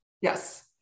Yes